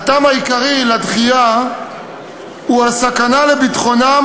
הטעם העיקרי לדחייה הוא הסכנה הנשקפת לביטחונם